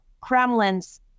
Kremlin's